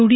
D